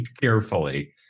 carefully